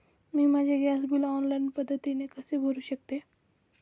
मी माझे gas bill online पद्धतीने कसे भरु शकते?